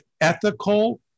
ethical